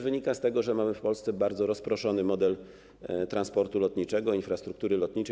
Wynika z tego, że mamy w Polsce bardzo rozproszony model transportu lotniczego, infrastruktury lotniczej.